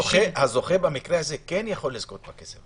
הזוכה במקרה הזה כן יכול לזכות בכסף.